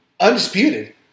Undisputed